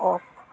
of